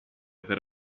per